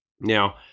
Now